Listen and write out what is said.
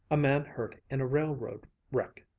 a man hurt in a railroad wreck,